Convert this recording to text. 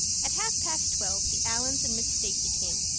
at half past twelve the allans and miss stacy came.